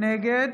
נגד